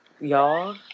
Y'all